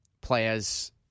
players